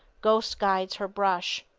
ghost guides her brush.